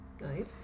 Nice